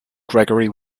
gregory